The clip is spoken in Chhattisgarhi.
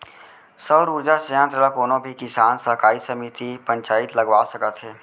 सउर उरजा संयत्र ल कोनो भी किसान, सहकारी समिति, पंचईत लगवा सकत हे